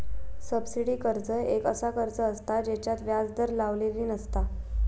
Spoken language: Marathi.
सबसिडी कर्ज एक असा कर्ज असता जेच्यात व्याज दर लावलेली नसता